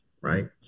Right